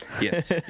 Yes